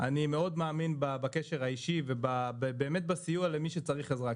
אני מאוד מאמין בקשר האישי ובאמת בסיוע למי שצריך עזרה,